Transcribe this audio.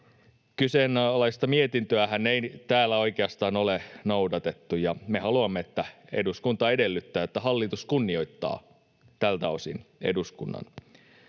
kyseistä mietintöähän ei täällä oikeastaan ole noudatettu, ja me haluamme, että eduskunta edellyttää, että hallitus kunnioittaa tältä osin eduskunnan